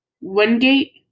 Wingate